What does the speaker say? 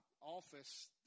office